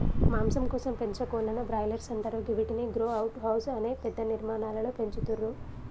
మాంసం కోసం పెంచే కోళ్లను బ్రాయిలర్స్ అంటరు గివ్విటిని గ్రో అవుట్ హౌస్ అనే పెద్ద నిర్మాణాలలో పెంచుతుర్రు